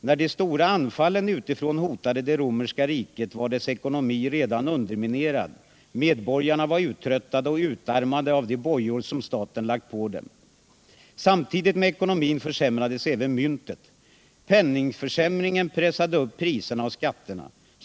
När de stora anfallen utifrån hotade det romerska riket, var dess ekonomi redan underminerad, medborgarna var uttröttade och utarmade av de bojor som staten lagt på dem. Samtidigt med ekonomin försämrades även myntet. Penningsförsämringen pressade upp priserna och skatterna.